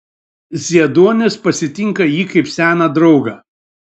zieduonis pasitinka jį kaip seną draugą